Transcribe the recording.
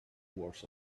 words